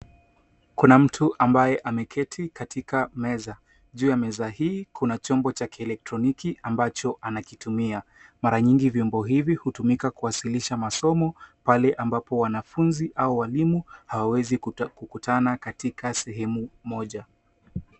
Kuna mtu ambaye ameketi katika meza. Juu ya meza hii kuna chombo cha kielektroniki ambacho anakitumia. Mara nyingi vyombo hivi hutumika kuwasilisha masomo, pale ambapo wanafunzi au walimu hawawezi kukutana katika sehemu moja.